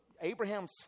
Abraham's